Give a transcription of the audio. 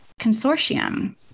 Consortium